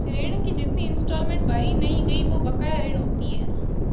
ऋण की जितनी इंस्टॉलमेंट भरी नहीं गयी वो बकाया ऋण होती है